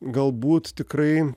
galbūt tikrai